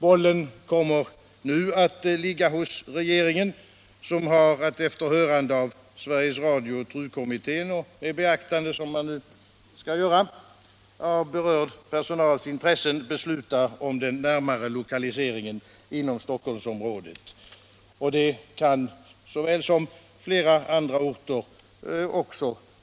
Bollen kommer nu att ligga hos regeringen, som har att efter hörande av Sveriges Radio, TRU-kommittén och med beaktande av berörd personals intressen besluta om den närmare lokaliseringen inom Stockholmsområdet. Det kan bland andra orter,